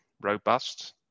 robust